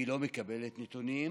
והיא לא מקבלת נתונים.